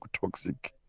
toxic